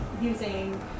using